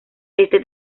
este